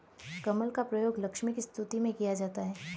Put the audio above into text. कमल का प्रयोग लक्ष्मी की स्तुति में किया जाता है